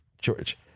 George